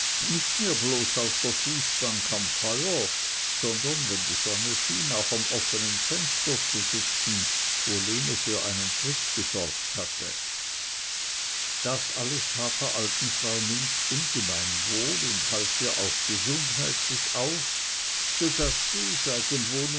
nicht mehr bloß auf der fußbank am feuer sondern wenn die sonne schien auch am offenen fenster zu sitzen wo lene für einen tritt gesorgt hatte das alles tat der alten frau nimptsch ungemein wohl und half ihr auch gesundheitlich auf so daß sie seit dem